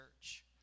church